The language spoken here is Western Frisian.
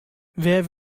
wêr